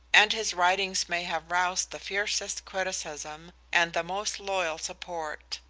and his writings may have roused the fiercest criticism and the most loyal support.